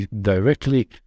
directly